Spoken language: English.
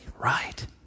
right